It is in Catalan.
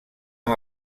amb